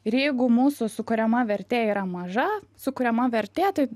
ir jeigu mūsų sukuriama vertė yra maža sukuriama vertė tai